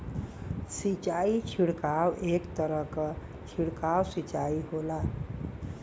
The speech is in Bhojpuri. सिंचाई छिड़काव एक तरह क छिड़काव सिंचाई होला